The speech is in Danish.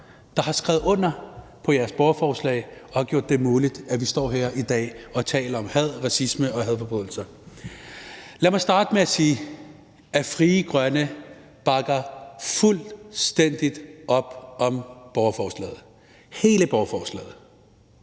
der har skrevet under på jeres borgerforslag og har gjort det muligt, at vi står her i dag og taler om had, racisme og hadforbrydelser. Lad mig starte med at sige, at Frie Grønne bakker fuldstændig op om borgerforslaget – hele borgerforslaget.